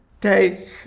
take